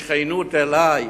בשכנות אלי,